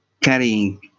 carrying